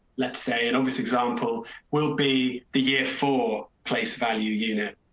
let's say an obvious example will be the year for place value unit.